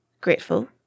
grateful